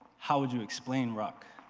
how would you explain rock